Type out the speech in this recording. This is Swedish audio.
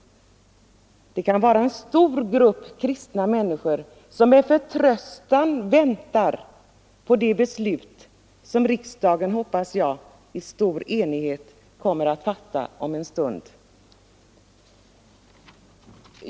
Men det kan vara en stor grupp kristna människor som med förtröstan väntar på det beslut som jag hoppas att riksdagen i stor enighet kommer att fatta om en stund.